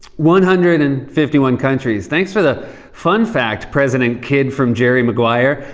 one hundred and fifty one countries. thanks for the fun fact, president kid from jerry maguire.